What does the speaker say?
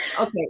okay